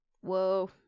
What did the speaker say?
Whoa